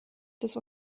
des